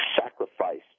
sacrifice